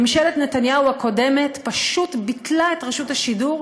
ממשלת נתניהו הקודמת פשוט ביטלה את רשות השידור,